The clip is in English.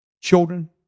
children